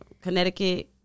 Connecticut